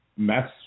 mess